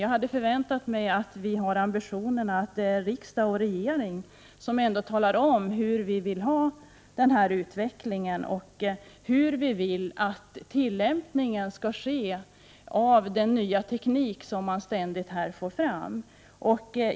Jag hade förväntat mig att vi skulle ha ambitionen att det är riksdag och regering som talar om hur vi vill ha utvecklingen och hur vi vill att tillämpningen av den nya teknik man ständigt får fram skall ske.